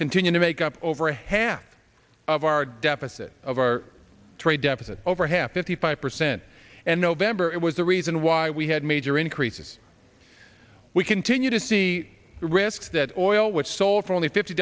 continue to make up over half of our deficit of our trade deficit over half of the five percent and november it was the reason why we had major increases we continue to see risk that oil was sold for only fifty